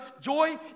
joy